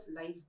life